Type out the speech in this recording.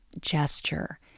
gesture